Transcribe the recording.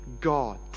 God